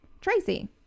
Tracy